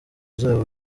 zabo